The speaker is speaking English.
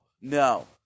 no